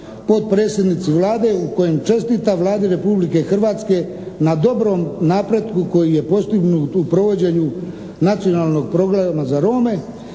potpredsjednici Vlade u kojem čestita Vladi Republike Hrvatske na dobrom napretku koji je postignut u provođenju Nacionalnog programa za Rome